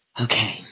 Okay